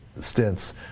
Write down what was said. stints